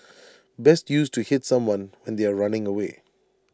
best used to hit someone when they are running away